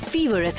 Fever